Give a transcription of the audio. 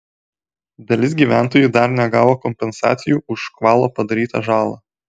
dalis gyventojų dar negavo kompensacijų už škvalo padarytą žalą